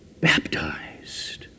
baptized